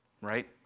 Right